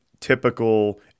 typical